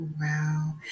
Wow